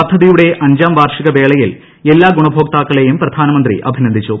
പദ്ധതിയുടെ അഞ്ചാം വാർഷിക വേളയിൽ എല്ലാ ഗുണഭോക്താക്കളെയും പ്രധാനമന്ത്രി അഭിനന്ദിച്ചു